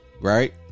right